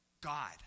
God